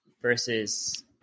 Versus